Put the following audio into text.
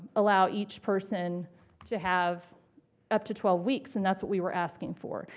allow each person to have up to twelve weeks, and that's what we were asking for.